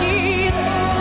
Jesus